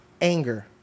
anger